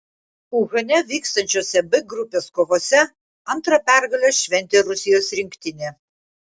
uhane vykstančiose b grupės kovose antrą pergalę šventė rusijos rinktinė